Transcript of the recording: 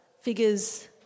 figures